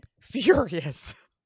furious